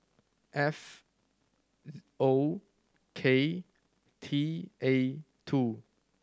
F O K T A two